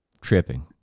tripping